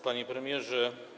Panie Premierze!